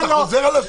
אתה חוזר על השקר הזה?